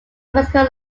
physical